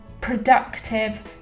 productive